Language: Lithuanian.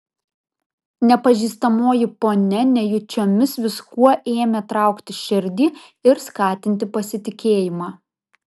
nepažįstamoji ponia nejučiomis viskuo ėmė traukti širdį ir skatinti pasitikėjimą